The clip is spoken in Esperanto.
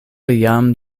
jam